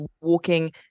walking